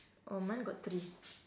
oh mine got three